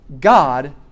God